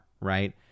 Right